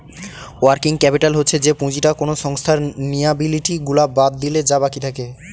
working capital হচ্ছে যে পুঁজিটা কোনো সংস্থার লিয়াবিলিটি গুলা বাদ দিলে যা বাকি থাকে